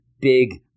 big